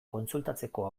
kontsultatzeko